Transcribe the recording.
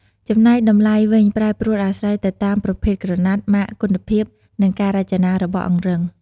ចំណែកតម្លៃវិញប្រែប្រួលអាស្រ័យទៅតាមប្រភេទក្រណាត់ ម៉ាក គុណភាព និងការរចនារបស់អង្រឹង។